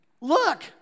Look